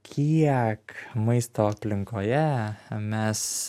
kiek maisto aplinkoje mes